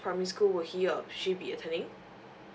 primary school would he or she be attending